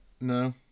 No